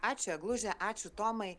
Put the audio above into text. ačiū egluže ačiū tomai